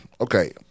Okay